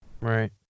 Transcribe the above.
right